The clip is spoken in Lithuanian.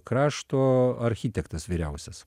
krašto architektas vyriausias